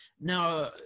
Now